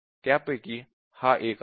त्यापैकी हा एक आहे